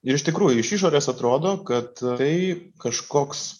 ir iš tikrųjų iš išorės atrodo kad tai kažkoks